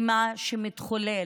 למה שמתחולל,